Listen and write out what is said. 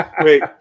Wait